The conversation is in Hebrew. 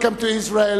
Welcome to Israel,